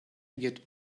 get